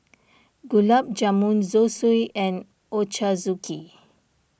Gulab Jamun Zosui and Ochazuke